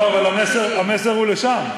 אבל המסר הוא לשם.